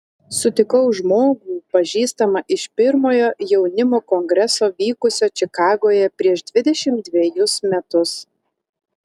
sutikau žmogų pažįstamą iš pirmojo jaunimo kongreso vykusio čikagoje prieš dvidešimt dvejus metus